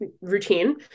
routine